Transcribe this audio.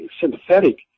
sympathetic